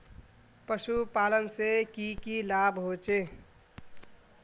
पशुपालन से की की लाभ होचे?